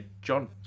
John